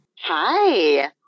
Hi